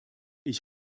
ich